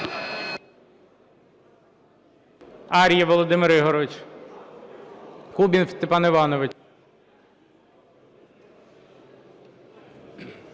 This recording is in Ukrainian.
Ар'єв Володимир Ігорович. Кубів Степан Іванович.